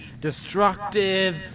destructive